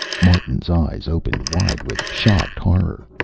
martin's eyes opened wide with shocked horror.